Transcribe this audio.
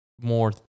more